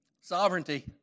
Sovereignty